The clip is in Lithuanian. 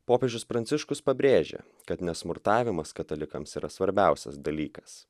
popiežius pranciškus pabrėžia kad ne smurtavimas katalikams yra svarbiausias dalykas